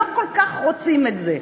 לא כל כך רוצים את זה.